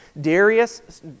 Darius